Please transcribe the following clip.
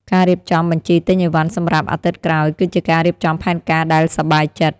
ការរៀបចំបញ្ជីទិញអីវ៉ាន់សម្រាប់អាទិត្យក្រោយ គឺជាការរៀបចំផែនការដែលសប្បាយចិត្ត។